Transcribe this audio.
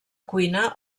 cuina